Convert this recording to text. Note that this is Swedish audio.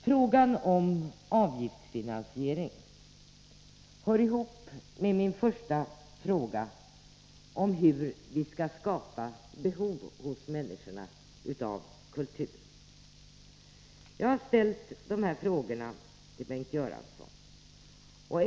Frågan om avgiftsfinansiering hör ihop med min första fråga om hur vi skall kunna skapa behov av kultur hos människorna.